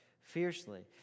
fiercely